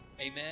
Amen